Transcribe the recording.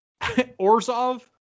Orzov